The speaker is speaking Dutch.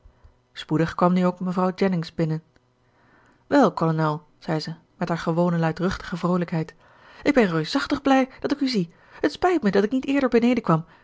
spoedig kwam nu ook mevrouw jennings binnen wel kolonel zei ze met haar gewone luidruchtige vroolijkheid ik ben reusachtig blij dat ik u zie t spijt me dat ik niet eerder beneden kwam